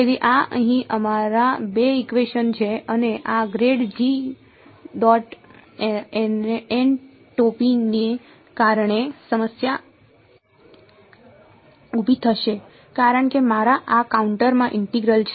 તેથી આ અહીં અમારા બે ઇકવેશન છે અને આ ગ્રેડ જી ડોટ એન ટોપીને કારણે સમસ્યા ઊભી થશે કારણ કે મારા આ કનટુર માં ઇન્ટિગ્રલ છે